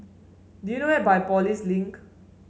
do you know Biopolis Link